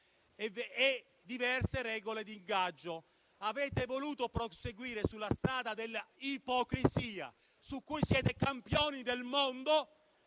diverse regole di ingaggio. Avete voluto proseguire sulla strada dell'ipocrisia, di cui siete campioni del mondo,